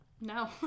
No